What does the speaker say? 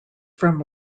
from